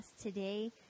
Today